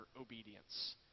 obedience